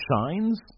shines